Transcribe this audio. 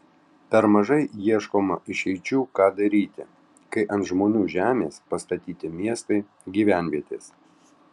per mažai ieškoma išeičių ką daryti kai ant žmonių žemės pastatyti miestai gyvenvietės